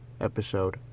episode